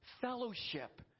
fellowship